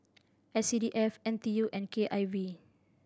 S C D F N T U and K I V